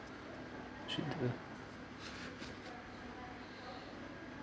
should do it